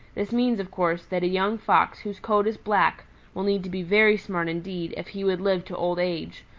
this means, of course, that a young fox whose coat is black will need to be very smart indeed if he would live to old age,